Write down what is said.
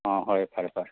ꯑꯥ ꯍꯣꯏ ꯐꯔꯦ ꯐꯔꯦ